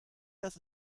das